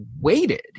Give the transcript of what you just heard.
waited